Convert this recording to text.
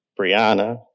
Brianna